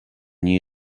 new